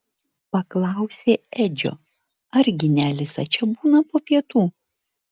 paklausė edžio argi ne alisa čia būna po pietų